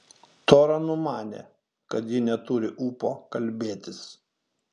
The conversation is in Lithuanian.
tora numanė kad ji neturi ūpo kalbėtis